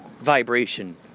vibration